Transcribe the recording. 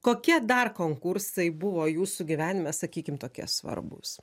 kokie dar konkursai buvo jūsų gyvenime sakykim tokie svarbūs